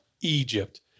Egypt